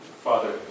Father